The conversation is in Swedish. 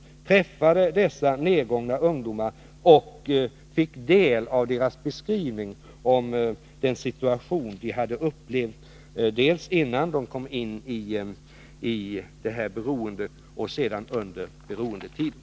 Jag träffade då dessa nedgångna ungdomar och fick ta del av deras beskrivning av den situation som de hade upplevt dels innan de kom in i beroendet, dels under beroendetiden.